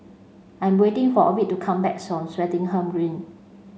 I'm waiting for Ovid to come back soon Swettenham Green